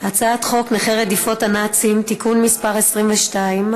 הצעת חוק נכי רדיפות הנאצים (תיקון מס' 22),